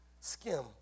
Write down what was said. skim